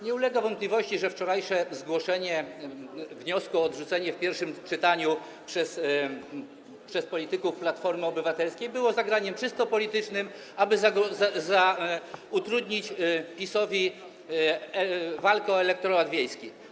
Nie ulega wątpliwości, że wczorajsze zgłoszenie wniosku o odrzucenie w pierwszym czytaniu przez polityków Platformy Obywatelskiej było zagraniem czysto politycznym, aby utrudnić PiS-owi walkę o elektorat wiejski.